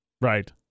right